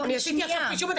אני עשיתי עכשיו חישוב.